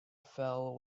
fell